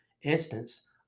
instance